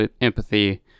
empathy